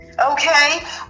Okay